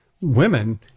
women